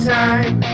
time